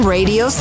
Radio